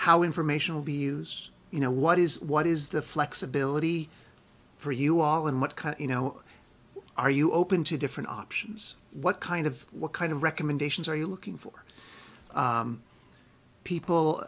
how information will be used you know what is what is the flexibility for you all and what you know are you open to different options what kind of what kind of recommendations are you looking for people